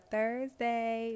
Thursday